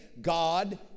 God